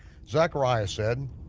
zechariah said,